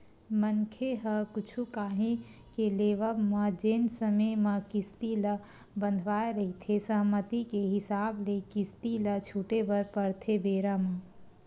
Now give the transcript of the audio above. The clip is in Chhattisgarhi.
मनखे ह कुछु काही के लेवब म जेन समे म किस्ती ल बंधवाय रहिथे सहमति के हिसाब ले किस्ती ल छूटे बर परथे बेरा म